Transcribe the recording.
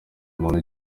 muntu